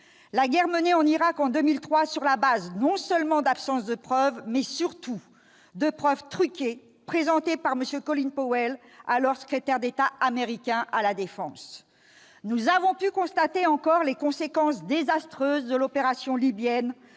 la guerre menée en Irak en 2003, non seulement en absence de toute preuve, mais, pire, sur le fondement de preuves truquées, présentées par M. Colin Powell, alors secrétaire d'État américain à la défense. Nous avons pu constater, encore, les conséquences désastreuses de l'opération libyenne,